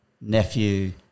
nephew